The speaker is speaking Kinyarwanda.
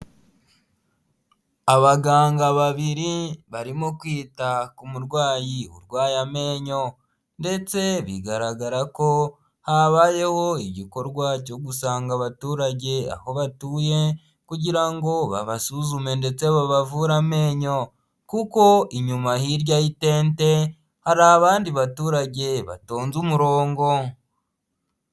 Abaganga babiri barimo kwita ku murwayi urwaye amenyo ndetse bigaragara ko habayeho igikorwa cyo gusanga abaturage aho batuye kugira ngo babasuzume ndetse babavura amenyo, kuko inyuma hirya y'itente hari abandi baturage batonze umurongo.